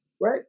right